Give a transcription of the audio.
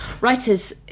Writers